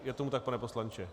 Je tomu tak, pane poslanče?